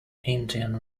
indian